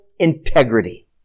integrity